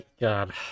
God